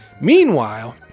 Meanwhile